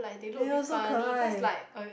!aiyo! so 可爱